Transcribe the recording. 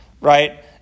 right